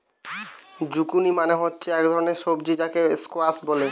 zucchini মানে হচ্ছে এক ধরণের সবজি যাকে স্কোয়াস বলে